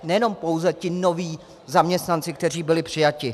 Nejenom pouze ti noví zaměstnanci, kteří byli přijati.